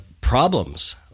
problems